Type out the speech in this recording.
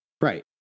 Right